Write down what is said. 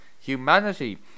Humanity